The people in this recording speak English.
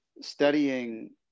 studying